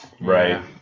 Right